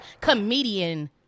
Comedian